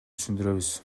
түшүндүрөбүз